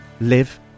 live